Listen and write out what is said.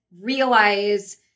realize